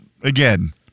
again